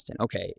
okay